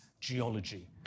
geology